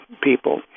people